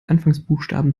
anfangsbuchstaben